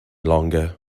longer